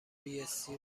بایستی